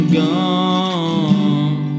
gone